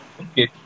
Okay